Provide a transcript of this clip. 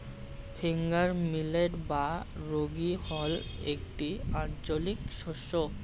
finger millet বা রাগী হল একটি আঞ্চলিক শস্য